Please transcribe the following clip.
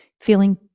feeling